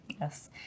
Yes